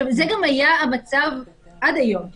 עכשיו, זה גם היה המצב עד היום.